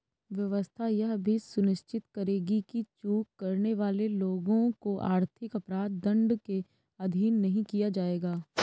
व्यवस्था यह भी सुनिश्चित करेगी कि चूक करने वाले लोगों को आर्थिक अपराध दंड के अधीन नहीं किया जाएगा